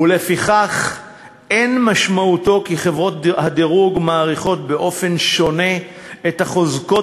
ולפיכך אין משמעותו כי חברות הדירוג מעריכות באופן שונה את החוזקות